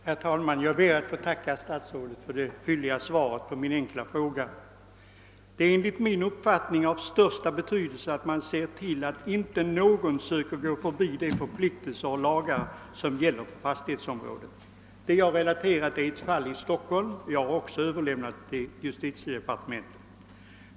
Herr talman! Jag ber att få tacka herr statsrådet för det fylliga svaret på min enkla fråga. Det är enligt min uppfattning av största betydelse att se till att ingen sö ker gå förbi de förpliktelser och lagar som gäller på fastighetsområdet. Det jag har relaterat gäller ett fall i Stockholm, och jag har även överlämnat det till justitiedepartementet.